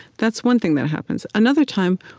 that's one thing that happens. another time,